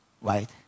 right